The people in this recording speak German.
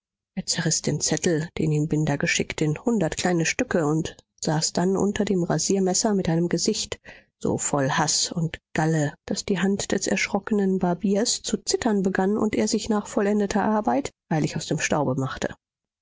er zerriß den zettel den ihm binder geschickt in hundert kleine stücke und saß dann unter dem rasiermesser mit einem gesicht so voll haß und galle daß die hand des erschrockenen barbiers zu zittern begann und er sich nach vollendeter arbeit eilig aus dem staube machte